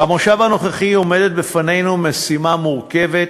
במושב הנוכחי עומדת בפנינו משימה מורכבת